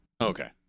Okay